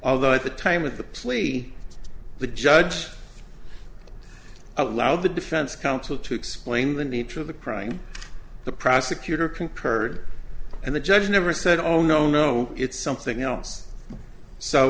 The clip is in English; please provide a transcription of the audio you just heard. although at the time of the plea the judge allowed the defense counsel to explain the nature of the crying the prosecutor concurred and the judge never said oh no no it's something else so